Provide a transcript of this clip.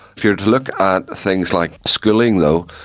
if you were to look at things like schooling though,